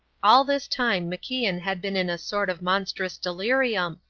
all this time macian had been in a sort of monstrous delirium,